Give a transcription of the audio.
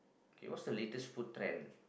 K what's the latest food trend